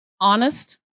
honest